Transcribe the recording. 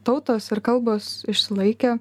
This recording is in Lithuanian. tautos ir kalbos išsilaikė